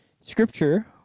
Scripture